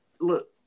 Look